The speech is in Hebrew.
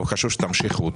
וחשוב שתמשיכו אותה.